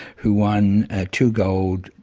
who won two gold,